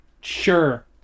Sure